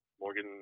Morgan